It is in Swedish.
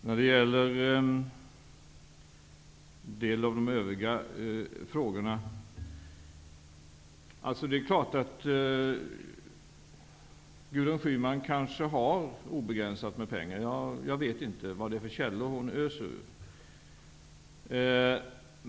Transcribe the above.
När det gäller delar av Gudrun Schymans övriga frågor är det kanske så att Gudrun Schyman har obegränsat med pengar -- jag vet inte vad det är för källor hon öser ur.